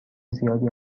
زیادی